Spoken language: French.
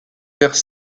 vers